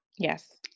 yes